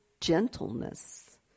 gentleness